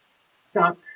stuck